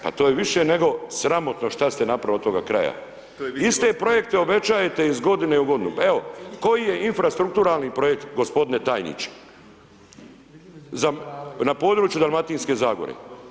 Pa to je više nego sramotno šta ste napravili od toga kraja, iste projekte obećajete iz godine u godinu, pa evo, koji je infarstrukturalni projekt, gospodine tajniče za, na području Dalmatinske Zagore?